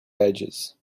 edges